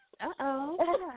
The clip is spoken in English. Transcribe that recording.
Uh-oh